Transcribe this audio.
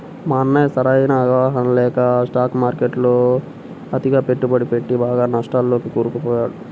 మా అన్నయ్య సరైన అవగాహన లేక స్టాక్ మార్కెట్టులో అతిగా పెట్టుబడి పెట్టి బాగా నష్టాల్లోకి కూరుకుపోయాడు